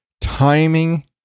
timing